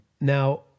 Now